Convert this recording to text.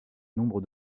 nombre